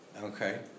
Okay